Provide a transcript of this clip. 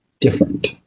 different